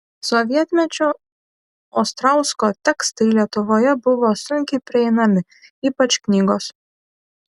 sovietmečiu ostrausko tekstai lietuvoje buvo sunkiai prieinami ypač knygos